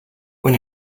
when